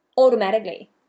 automatically